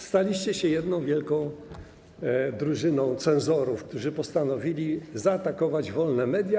Staliście się jedną wielką drużyną cenzorów, którzy postanowili zaatakować wolne media.